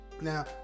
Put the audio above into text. now